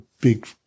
big